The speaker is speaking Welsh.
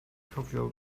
cofio